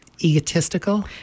egotistical